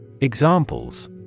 Examples